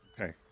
Okay